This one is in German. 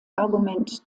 argument